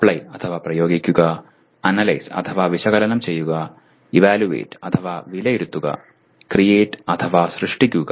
apply അഥവാ പ്രയോഗിക്കുക analyse അഥവാ വിശകലനം ചെയ്യുക ഇവാലുവേറ്റ് അഥവാ വിലയിരുത്തുക ക്രിയേറ്റ് അഥവാ സൃഷ്ടിക്കുക